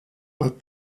but